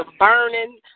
burning